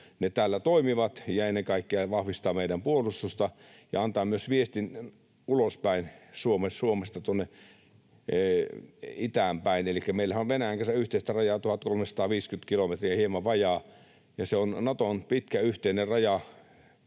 ne täällä toimivat, ja ennen kaikkea vahvistaa meidän puolustusta ja antaa myös viestin ulospäin Suomesta itäänpäin. Elikkä meillähän on Venäjän kanssa yhteistä rajaa 1 350 kilometriä, hieman vajaa, ja se on Naton pitkä yhteinen raja